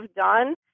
done